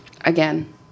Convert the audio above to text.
Again